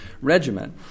Regiment